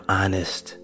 honest